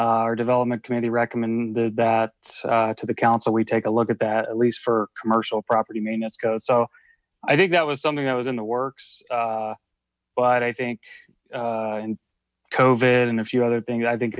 our development committee recommended that to the council we take a look at that at least for commercial property maintenance go so i think that was something that was in the works but i think in cove and a few other things i think